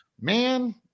man